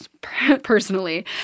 personally